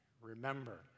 remember